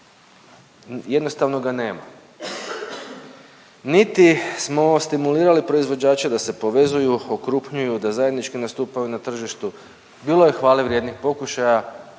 jednostavno ga nema. Niti smo stimulirali proizvođače da se povezuju, okrupnjuju da zajednički nastupaju na tržištu, bilo je hvale vrijednih pokušaja